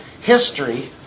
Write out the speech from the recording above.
history